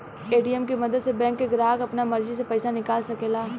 ATM के मदद से बैंक के ग्राहक आपना मर्जी से पइसा निकाल सकेला